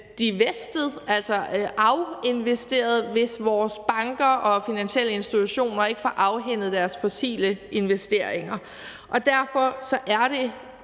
devestet, altså afinvesteret, hvis vores banker og finansielle institutioner ikke får afhændet deres fossile investeringer. Derfor er det